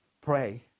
pray